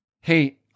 Hey